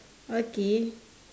okay